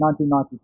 1992